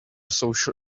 social